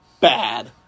bad